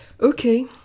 Okay